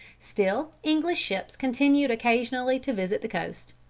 still english ships continued occasionally to visit the coast.